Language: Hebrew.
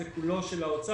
הוא כולו של האוצר,